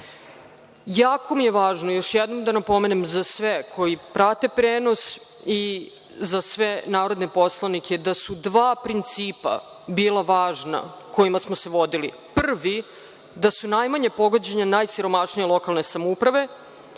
mi je važno, još jednom da napomenem za sve koji prate prenos i za sve narodne poslanike, da su dva principa bila važna kojima smo se vodili. Prvi, da su najmanje pogođene najsiromašnije lokalne samouprave